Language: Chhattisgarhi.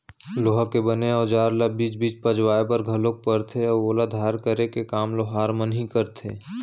लोहा के बने अउजार ल बीच बीच पजवाय बर घलोक परथे अउ ओला धार करे के काम लोहार मन ही करथे